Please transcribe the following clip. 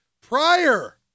prior